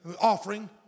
offering